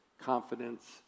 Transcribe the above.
confidence